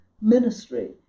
ministry